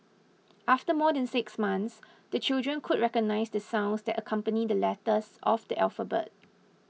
after more than six months the children could recognise the sounds that accompany the letters of the alphabet